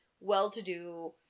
well-to-do